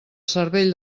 cervell